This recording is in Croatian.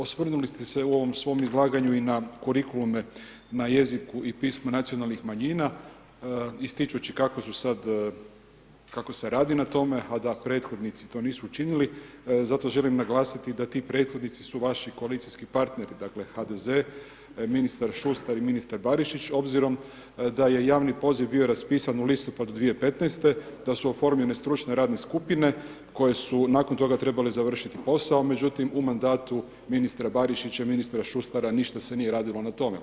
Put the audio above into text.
Osvrnuli ste se u ovom svom izlaganju i na kurikulume na jeziku i pismu nacionalnih manjina, ističući kako su sada, kako se radi na tome, a da prethodnici to nisu učinili, zato želim naglasiti, da ti prethodnici su vaši koalicijski partneri, dakle, HDZ, ministar Šustar i ministar Barišić, obzirom da je javni poziv bio raspisan u listopadu 2015. da su oformljene stručne radne skupine, koje su nakon toga trebale završiti posao, međutim, u mandatu ministra Barišića i ministra Šustara ništa se nije radilo na tome.